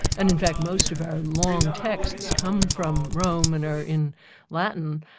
and in fact most of our long texts come from rome and are in latin.